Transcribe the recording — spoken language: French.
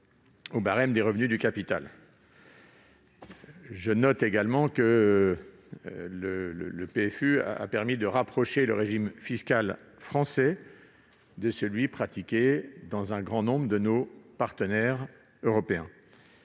Je note en outre que le PFU a permis de rapprocher le régime fiscal français de celui d'un grand nombre de nos partenaires européens.